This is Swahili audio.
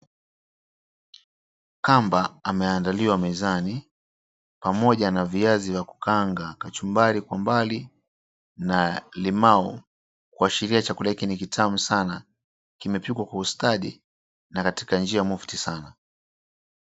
Kamba ameandaliwa mezani pamoja na viazi vya kukaanga, kachumbari kwa mbali na limau kuashiria chakula hiki ni kitamu sana. Kimepikwa kwa ustadi na katika njia mufti sana.